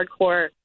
hardcore